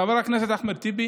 חבר הכנסת אחמד טיבי,